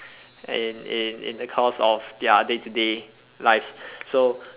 in in in a course of their day to day lives so